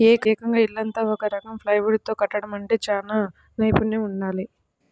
ఏకంగా ఇల్లంతా ఒక రకం ప్లైవుడ్ తో కట్టడమంటే చానా నైపున్నెం కావాలి